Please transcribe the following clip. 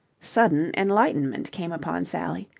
sudden enlightenment came upon sally.